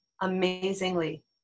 amazingly